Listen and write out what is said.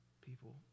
people